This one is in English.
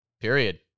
Period